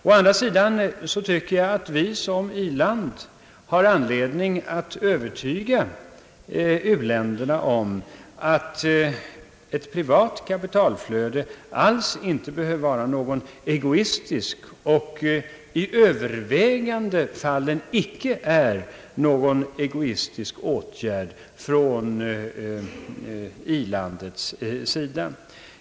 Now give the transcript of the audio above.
Å andra sidan anser jag att Sverige som i-land har anledning att övertyga u-länderna om att ett privat kapitalflöde alls inte behöver vara — och i det övervägande antalet fall icke är — någon egoistisk åtgärd från i-landets sida.